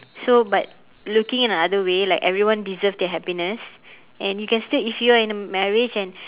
so but looking in another way like everyone deserves their happiness and you can still if you're in a marriage and